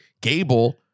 Gable